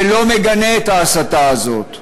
ולא מגנה את ההסתה הזאת,